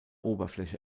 oberfläche